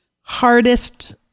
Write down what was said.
hardest